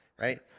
right